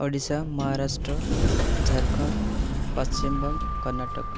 Odisha Maharashtra Jharkhand Paschimbanga Karnataka